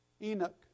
Enoch